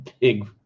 Big